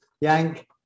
Yank